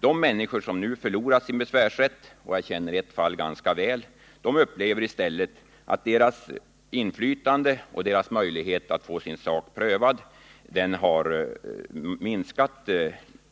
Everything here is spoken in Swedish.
De människor som nu har förlorat sin besvärsrätt — och jag känner ett fall ganska väl — upplever i stället att deras inflytande och deras möjlighet att få sin sak prövad har minskat,